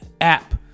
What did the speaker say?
app